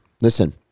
Listen